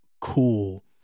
cool